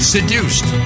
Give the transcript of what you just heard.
Seduced